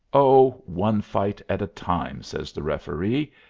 oh, one fight at a time, says the referee.